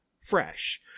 fresh